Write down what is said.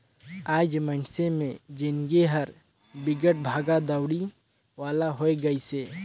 आएज मइनसे मे जिनगी हर बिकट भागा दउड़ी वाला होये गइसे